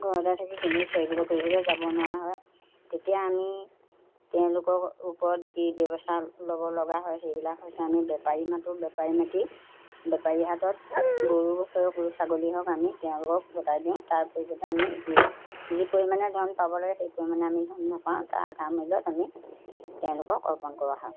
ঘৰতে থাকি কেনিও চৰিবলৈ কৰিবলৈ যাব নোৱাৰা হয় তেতিয়া আমি তেওঁলোকৰ ওপৰত যি ব্যৱস্থা ল'ব লগা হয় সেইবিলাক হৈছে আমি বেপাৰী মাতোঁ বেপাৰী মাতি বেপাৰী হাতত গৰু হওক ছাগলী হওক আমি তেওঁলোকক গতাই দিওঁ তাৰ পৰিৱৰ্তে আমি যি যি পৰিমাণে ধন পাব লাগে সেই পৰিমাণে আমি ধন নাপাওঁ তাৰ আধা মূল্যত আমি তেওঁলোকক অৰ্পণ কৰোৱা হয়